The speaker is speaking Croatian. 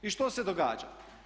I što se događa?